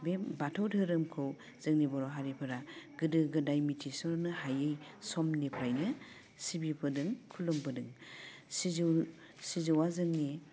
बे बाथौ दोहोरोमखौ जोंनि बर' हारिफोरा गोदो गोदाय मिथिस'नो हायै समनिफ्रायनो सिबिबोदों खुलुमबोदों सिजौ सिजौवा जोंनि